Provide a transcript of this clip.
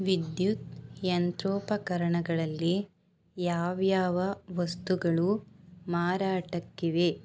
ವಿದ್ಯುತ್ ಯಂತ್ರೋಪಕರಣಗಳಲ್ಲಿ ಯಾವ್ಯಾವ ವಸ್ತುಗಳು ಮಾರಾಟಕ್ಕಿವೆ